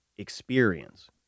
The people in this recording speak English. experience